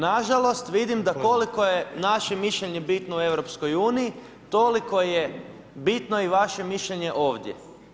Na žalost vidim da ukoliko je naše mišljenje bitno u EU toliko je bitno i vaše mišljenje ovdje.